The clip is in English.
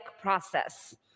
process